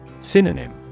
Synonym